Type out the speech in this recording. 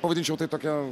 pavadinčiau tai tokia